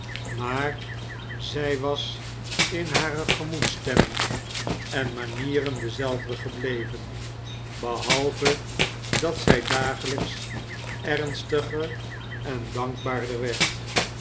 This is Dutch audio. maar zij was in hare gemoedsstemming en manieren dezelfde gebleven behalve dat zij dagelijks ernstiger en dankbaarder werd